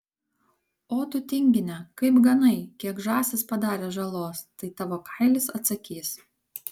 o tu tingine kaip ganai kiek žąsys padarė žalos tai tavo kailis atsakys